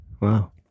Wow